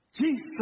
Jesus